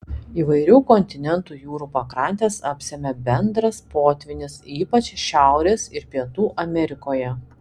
įvairių kontinentų jūrų pakrantes apsemia bendras potvynis ypač šiaurės ir pietų amerikoje